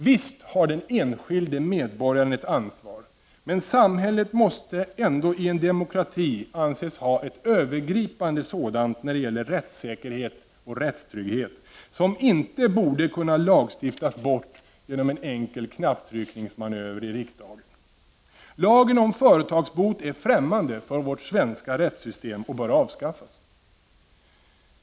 Visst har den enskilde medborgaren ett ansvar, men samhället måste i en demokrati ändå anses ha ett övergripande sådant när det gäller rättssäkerhet och rättstrygghet, som inte borde kunna lagstiftas bort genom en enkel knapptryckningsmanöver i riksdagen. Lagen om företagsbot är främmande för vårt svenska rättssystem och bör avskaffas.